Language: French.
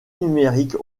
numérique